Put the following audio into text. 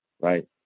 right